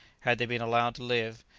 had they been allowed to live,